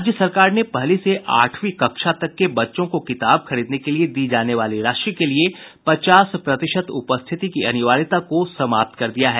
राज्य सरकार ने पहली से आठवीं कक्षा तक के बच्चों को किताब खरीदने के लिए दी जाने वाली राशि के लिए पचास प्रतिशत उपस्थिति की अनिवार्यता को समाप्त कर दिया है